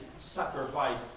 sacrifice